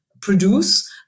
produce